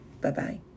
Bye-bye